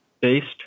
based